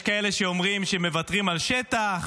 יש כאלה שאומרים שמוותרים על שטח.